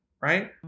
right